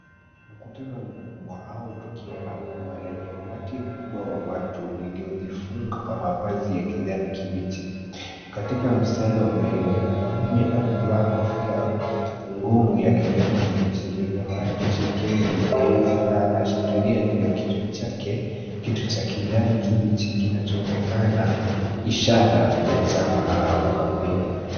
Mkutano mkubwa au tukio la umma lenye umati mkubwa wa watu iliojifunga kwa mavazi ya kijani kibichi ,katika mstari wa mbele mwanamme amevaa kofia ngumu ya kijani kibichi lenye maandishi kdf na anashikilia juu ya kichwa chake kitu ya kijani kibichi ,kinachoonekana ishara ya chama au kampeni.